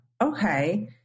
okay